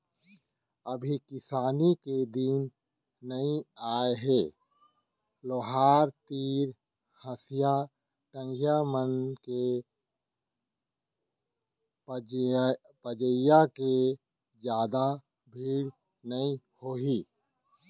अभी किसानी के दिन नइ आय हे लोहार तीर हँसिया, टंगिया मन के पजइया के जादा भीड़ नइ होही